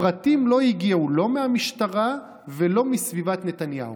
הפרטים לא הגיעו לא מהמשטרה ולא מסביבת נתניהו.